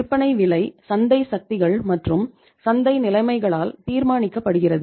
விற்பனை விலை சந்தை சக்திகள் மற்றும் சந்தை நிலைமைகளால் தீர்மானிக்கப்படுகிறது